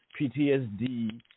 ptsd